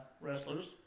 wrestlers